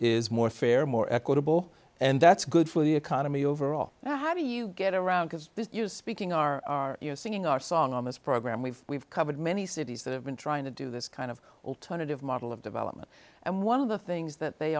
is more fair more equitable and that's good for the economy overall how do you get around this you speaking are singing our song on this program we've we've covered many cities that have been trying to do this kind of alternative model of development and one of the things that they